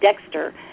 Dexter